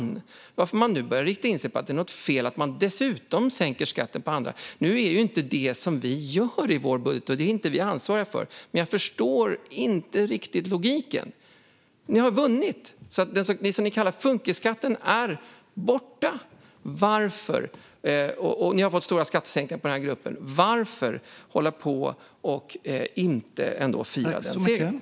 Därför förstår jag inte varför man nu börjar rikta in sig på att det är något fel att skatten dessutom sänks för andra. Det är ju inte det vi gör i vår budget, och det är inte något vi är ansvariga för. Jag förstår inte riktigt logiken. Ni har vunnit, och det ni kallar för funkisskatten är borta. Ni har fått stora skattesänkningar för den här gruppen. Varför då hålla på så här och inte i stället fira den segern?